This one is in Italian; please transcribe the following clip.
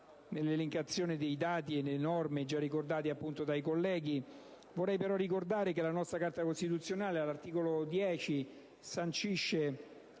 Grazie,